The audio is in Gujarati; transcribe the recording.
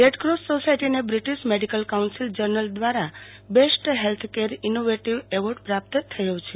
રેડક્રોસ સોસાયટીને બ્રિટીશ મેડીકલ કાઉન્સીલ જર્નલ દ્રારા best health care innovative award પ્રાપ્ત થયો છે